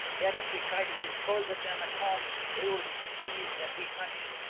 yet if we try to dispose of them at home they will be seized and we punished,